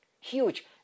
Huge